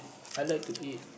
I like to eat